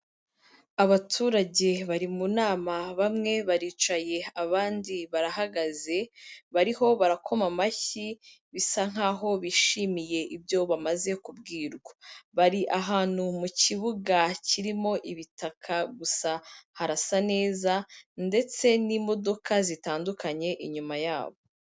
Abaturage bari mu nama, bamwe baricaye abandi barahagaze, bariho barakoma amashyi bisa nk'aho bishimiye ibyo bamaze kubwirwa, bari ahantu mu kibuga kirimo ibitaka gusa harasa neza ndetse n'imodoka zitandukanye inyuma yabo.